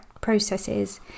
processes